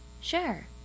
Sure